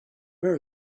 where